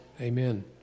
Amen